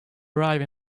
arrive